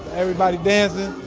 everybody's dancing.